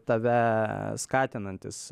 tave skatinantis